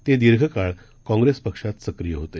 तेदीर्घकाळकाँग्रेसपक्षातसक्रियहोते